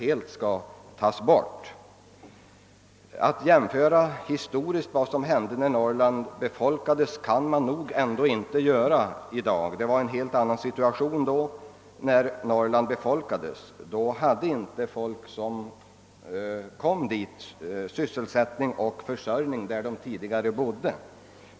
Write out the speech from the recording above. Man kan inte jämföra det som hände en gång i historien när Norrland befolkades och vad som händer i dag. Den gången var situationen en helt annan. Då hade inte folk som kom dit sysselsättning och försörjning där de tidigare bodde.